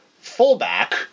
fullback